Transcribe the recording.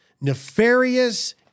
nefarious